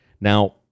Now